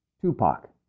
Tupac